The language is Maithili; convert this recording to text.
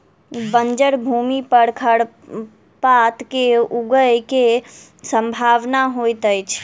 बंजर भूमि पर खरपात के ऊगय के सम्भावना होइतअछि